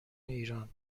ایران